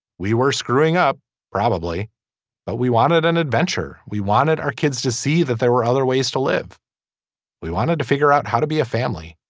we were screwing up probably but we wanted an adventure. we wanted our kids to see that there were other ways to live we wanted to figure out how to be a family